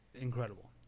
incredible